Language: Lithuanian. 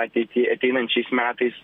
ateity ateinančiais metais